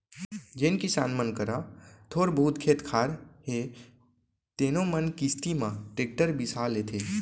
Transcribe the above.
जेन किसान मन करा थोर बहुत खेत खार हे तेनो मन किस्ती म टेक्टर बिसा लेथें